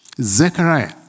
Zechariah